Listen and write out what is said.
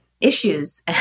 issues